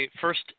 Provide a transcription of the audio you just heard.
first